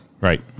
Right